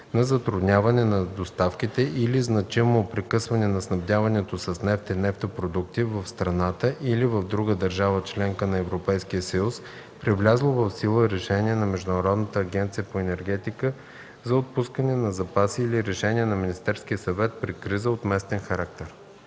на затрудняване на доставките или значимо прекъсване на снабдяването с нефт и нефтопродукти в страната или в друга държава – членка на Европейския съюз, при влязло в сила решение на Международната агенция по енергетика за отпускане на запаси или решение на Министерския съвет при криза от местен характер.”